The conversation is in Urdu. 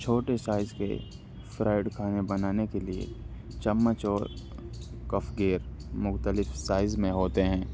چھوٹے سائز کے فرائڈ کھانے بنانے کے لیے چمچ اور کفگیر مختلف سائز میں ہوتے ہیں